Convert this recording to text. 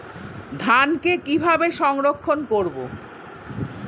ধানকে কিভাবে সংরক্ষণ করব?